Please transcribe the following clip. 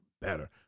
better